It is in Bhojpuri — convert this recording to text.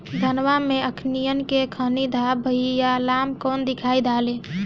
धनवा मै अखियन के खानि धबा भयीलबा कौन दवाई डाले?